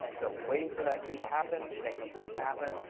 so waiting for that key to happen, that keypress to happen,